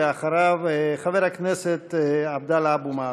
אחריו, חבר הכנסת עבדאללה אבו מערוף.